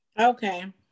okay